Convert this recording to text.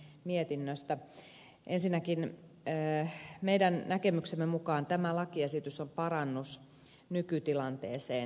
ensinnäkin meidän näkemyksemme mukaan tämä lakiesitys on parannus nykytilanteeseen nähden